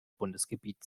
bundesgebiet